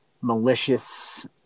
malicious